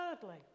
Thirdly